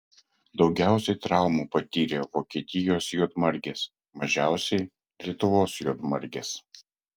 daugiausiai traumų patyrė vokietijos juodmargės mažiausiai lietuvos juodmargės